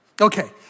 Okay